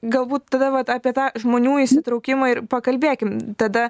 galbūt tada vat apie tą žmonių įsitraukimą ir pakalbėkim tada